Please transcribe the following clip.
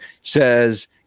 says